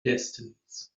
destinies